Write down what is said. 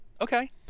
Okay